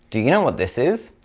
do you know what this is?